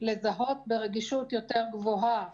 לזהות ברגישות יותר גבוהה